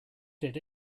did